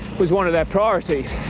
was one of their priorities.